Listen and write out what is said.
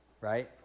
right